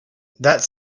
that